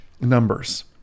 numbers